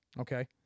Okay